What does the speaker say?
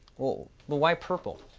ah well, why purple?